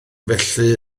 felly